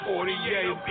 48